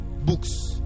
books